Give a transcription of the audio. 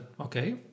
okay